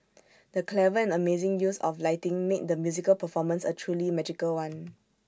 the clever and amazing use of lighting made the musical performance A truly magical one